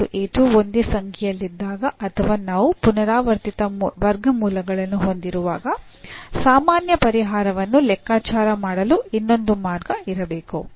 ಮತ್ತು ಒಂದೇ ಸಂಖ್ಯೆಯಲ್ಲಿದ್ದಾಗ ಅಥವಾ ನಾವು ಪುನರಾವರ್ತಿತ ವರ್ಗಮೂಲಗಳನ್ನು ಹೊಂದಿರುವಾಗ ಸಾಮಾನ್ಯ ಪರಿಹಾರವನ್ನು ಲೆಕ್ಕಾಚಾರ ಮಾಡಲು ಇನ್ನೊಂದು ಮಾರ್ಗ ಇರಬೇಕು